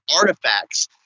artifacts